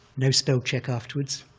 no spell-check afterwards.